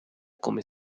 come